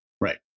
Right